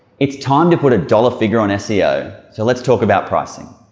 it's time to put a dollar figure on seo so let's talk about pricing.